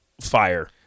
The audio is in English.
fire